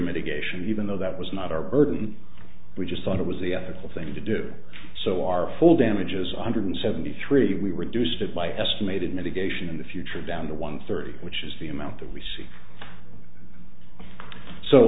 mitigation even though that was not our burden we just thought it was the ethical thing to do so our full damages one hundred seventy three we reduced it by estimated mitigation in the future down to one thirty which is the amount that we see so